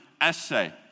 essay